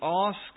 ask